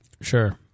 Sure